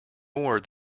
more